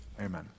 Amen